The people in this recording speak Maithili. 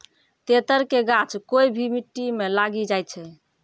तेतर के गाछ कोय भी मिट्टी मॅ लागी जाय छै